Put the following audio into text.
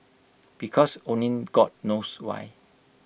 because only God knows why